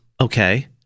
Okay